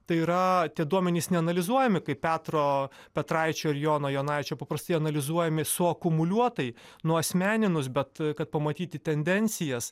tai yra tie duomenys neanalizuojami kaip petro petraičio ir jono jonaičio paprastai analizuojami suakumuliuotai nuasmeninus bet kad pamatyti tendencijas